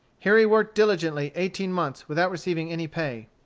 here he worked diligently eighteen months without receiving any pay.